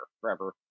forever